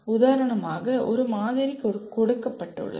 உதாரணமாக ஒரு மாதிரி கொடுக்கப்பட்டுள்ளது